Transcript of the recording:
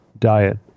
diet